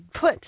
put